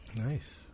Nice